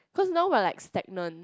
cause no but like stagnant